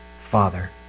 Father